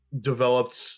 Developed